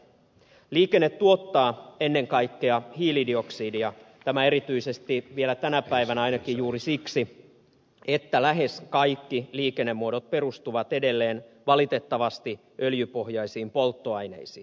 liikenne tuottaa ennen kaikkea hiilidioksidia tämä erityisesti vielä tänä päivänä ainakin juuri siksi että lähes kaikki liikennemuodot perustuvat edelleen valitettavasti öljypohjaisiin polttoaineisiin